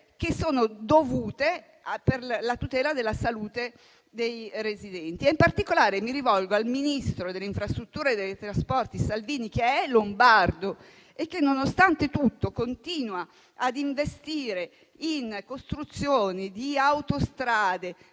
che sono dovute per la tutela della salute dei residenti. In particolare, mi rivolgo al ministro delle infrastrutture e dei trasporti Salvini, che è lombardo e che nonostante tutto continua ad investire in costruzioni di autostrade